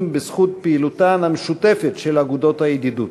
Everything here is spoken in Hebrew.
בזכות פעילותן המשותפת של אגודות הידידות.